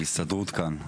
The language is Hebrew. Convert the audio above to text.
ההסתדרות כאן.